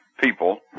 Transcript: people